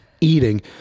eating